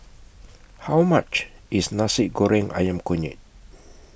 How much IS Nasi Goreng Ayam Kunyit